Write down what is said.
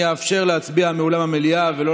אני אאפשר להצביע מאולם המליאה ולא